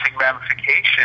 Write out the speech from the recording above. ramifications